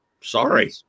sorry